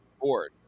board